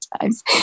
times